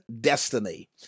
destiny